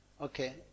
Okay